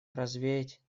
развеять